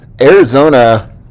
arizona